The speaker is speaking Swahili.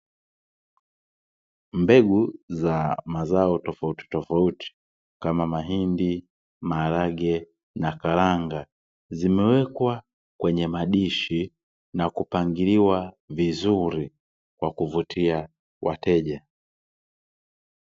Mbegu za mazo tofauti tofauti kama; mahindi, maharage, na karanga zime wekwa kwenye madishi na kupangiliwa vizuri kwa kuvutia wateja.